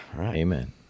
Amen